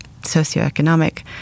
socioeconomic